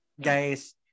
Guys